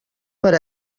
per